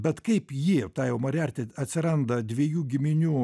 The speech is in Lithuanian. bet kaip ji ta jau moriarti atsiranda dviejų giminių